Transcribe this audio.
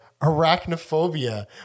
Arachnophobia